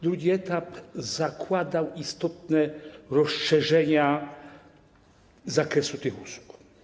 Drugi etap zakładał istotne rozszerzenia zakresu tych usług.